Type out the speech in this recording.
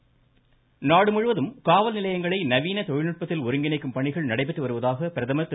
காவலர் வீர வணக்கநாள் நாடு முழுவதும் காவல்நிலையங்களை நவீன தொழில்நுட்பத்தில் ஒருங்கிணைக்கும் பணிகள் நடைபெற்று வருவதாக பிரதமர் திரு